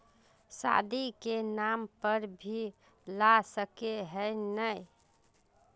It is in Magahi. शादी के नाम पर भी ला सके है नय?